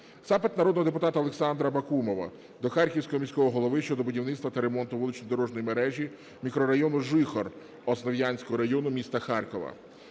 Запит народного депутата Олександра Бакумова до Харківського міського голови щодо будівництва та ремонту вулично-дорожної мережі мікрорайону Жихор Основ'янського району міста Харкова.